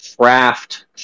craft